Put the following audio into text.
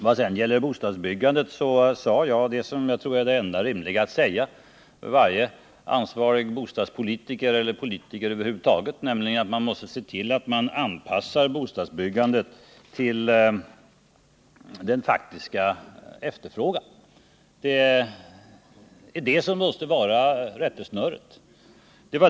Vad sedan gäller bostadsbyggandet sade jag det som jag tror är det enda rimliga att säga för varje ansvarig bostadspolitiker eller politiker över huvud taget, nämligen att man måste se till att man anpassar bostadsbyggandet till den faktiska efterfrågan. Det måste vara rättesnöret.